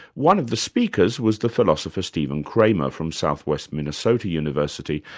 one of the speakers was the philosopher steve and kramer from southwest minnesota university,